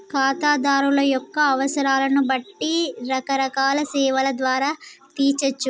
ఖాతాదారుల యొక్క అవసరాలను బట్టి రకరకాల సేవల ద్వారా తీర్చచ్చు